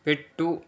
పెట్టు